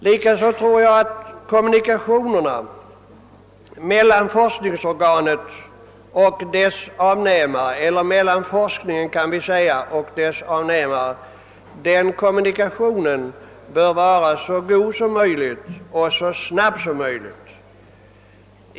Likaså tror jag att kommunikationerna mellan forskningen och dess avnämare bör vara så god och så snabb som möjligt.